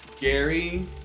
Gary